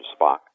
Spock